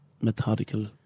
methodical